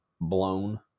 blown